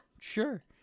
sure